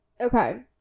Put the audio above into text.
okay